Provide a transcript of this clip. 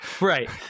Right